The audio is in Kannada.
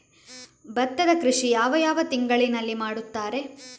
ಭತ್ತದ ಕೃಷಿ ಯಾವ ಯಾವ ತಿಂಗಳಿನಲ್ಲಿ ಮಾಡುತ್ತಾರೆ?